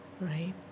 right